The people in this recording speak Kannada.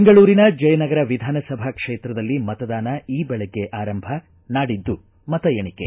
ಬೆಂಗಳೂರಿನ ಜಯನಗರ ವಿಧಾನಸಭಾ ಕ್ಷೇತ್ರದಲ್ಲಿ ಮತದಾನ ಈ ಬೆಳಗ್ಗೆ ಆರಂಭ ನಾಡಿದ್ದು ಮತ ಎಣಿಕೆ